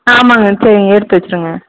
ஆ ஆமாம்ங்க சரிங்க எடுத்து வெச்சிடுங்க